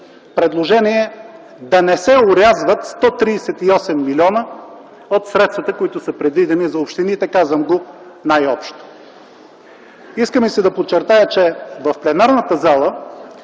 предложение да не се орязват 138 млн. лв. от средствата, предвидени за общините. Казвам го най-общо. Иска ми се да подчертая, че в пленарната зала